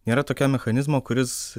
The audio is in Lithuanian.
nėra tokio mechanizmo kuris